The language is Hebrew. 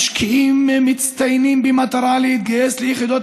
משקיעים ומצטיינים במטרה להתגייס ליחידות